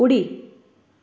उडी